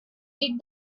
did